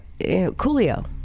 Coolio